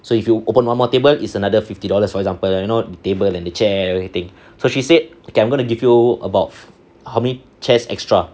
so if you open one more table is another fifty dollars for example like you know the table and the chair and everything so she said okay I'm going to give you about how many chairs extra